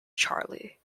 charlie